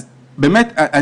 אז באמת,